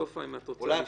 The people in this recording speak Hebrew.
סופה, אם אתה רוצה לשאול?